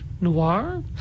Noir